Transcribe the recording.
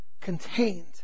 contained